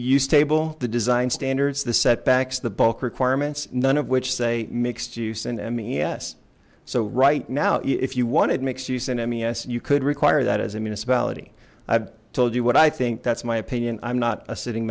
use table the design standards the setbacks the bulk requirements none of which say mix juice and mes so right now if you wanted mix you sent mes you could require that as a municipality i've told you what i think that's my opinion i'm not a sitting